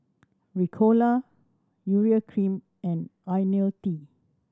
Ricola Urea Cream and Ionil T